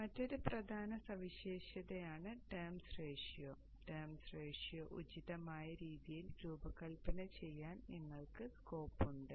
മറ്റൊരു പ്രധാന സവിശേഷതയാണ് ടെംസ് റേഷ്യയോ ടെംസ് റേഷ്യയോ ഉചിതമായ രീതിയിൽ രൂപകൽപ്പന ചെയ്യാൻ നിങ്ങൾക്ക് സ്കോപ്പ് ഉണ്ട്